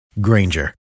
Granger